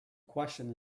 question